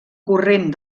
corrent